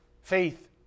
faith